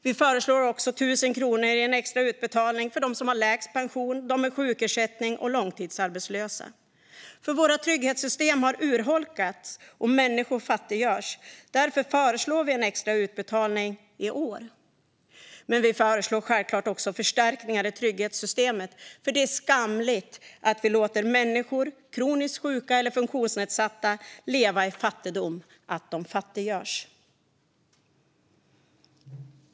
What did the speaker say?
Vi föreslår en extra utbetalning på 1 000 kronor för dem som har lägst pension, dem med sjukersättning och långtidsarbetslösa. Våra trygghetssystem har urholkats, och människor fattiggörs. Därför föreslår vi en extra utbetalning i år. Vi föreslår självklart också förstärkningar i trygghetssystemen, för det är skamligt att vi låter människor, kroniskt sjuka eller funktionsnedsatta, fattiggöras och leva i fattigdom.